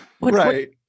Right